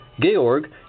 Georg